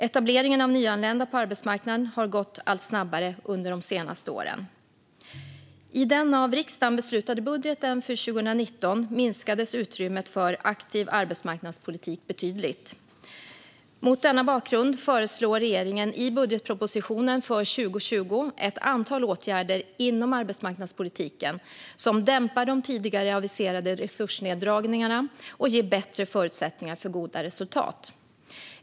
Etableringen av nyanlända på arbetsmarknaden har gått allt snabbare under de senaste åren. I den av riksdagen beslutade budgeten för 2019 minskades utrymmet för aktiv arbetsmarknadspolitik betydligt. Mot denna bakgrund föreslår regeringen i budgetpropositionen för 2020 ett antal åtgärder inom arbetsmarknadspolitiken som dämpar de tidigare aviserade resursneddragningarna och ger bättre förutsättningar för goda resultat.